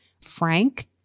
frank